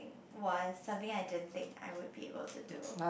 was something I didn't think I would be able to do